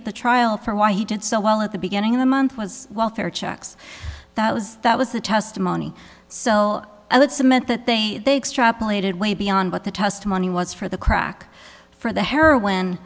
at the trial for why he did so well at the beginning of the month was welfare checks that was that was the testimony so i would submit that they strive plaited way beyond what the testimony was for the crack for the heroin